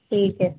ठीक है